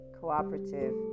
cooperative